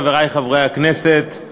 חברי חברי הכנסת,